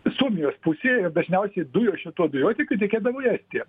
suomijos pusėje ir dažniausiai dujos šituo dujotiekiu tekėdavo į estiją